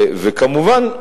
כמובן,